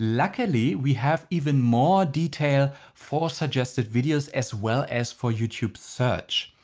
luckily we have even more detail for suggested videos as well as for youtube search.